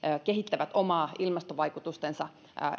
kehittävät omien ilmastovaikutustensa